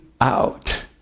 out